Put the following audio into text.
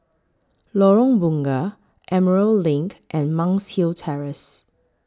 Lorong Bunga Emerald LINK and Monk's Hill Terrace